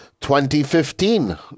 2015